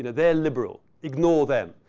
they're liberal. ignore them.